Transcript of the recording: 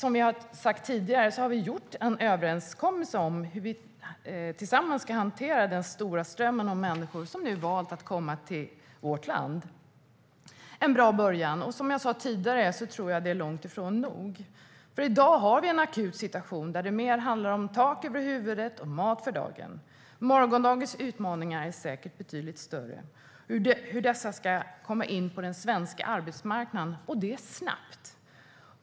Vi har gjort en överenskommelse om hur vi tillsammans ska hantera den stora ström av människor som nu valt att komma till vårt land - en bra början - men som jag sa tidigare tror jag att det är långt ifrån nog. I dag har vi en akut situation där det mer handlar om tak över huvudet och mat för dagen. Morgondagens utmaningar är säkert betydligt större, nämligen hur dessa människor ska komma in på den svenska arbetsmarknaden, och det snabbt.